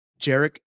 jarek